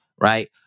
right